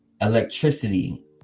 electricity